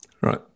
Right